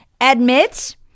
admits